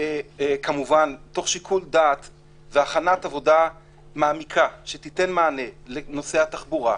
כמובן תוך שיקול דעת ועבודה מעמיקה שתיתן מענה לנושא התחבורה,